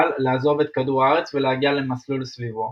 לעזוב את כדור הארץ ולהגיע למסלול סביבו.